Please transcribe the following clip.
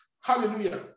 Hallelujah